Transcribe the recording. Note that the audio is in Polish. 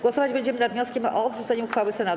Głosować będziemy nad wnioskiem o odrzucenie uchwały Senatu.